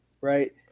right